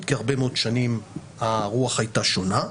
כי הרבה מאוד שנים הרוח הייתה שונה.